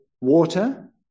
water